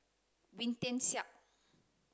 Wee Tian Siak